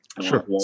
Sure